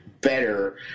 better